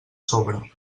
sobre